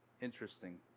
Interesting